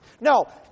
No